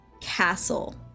castle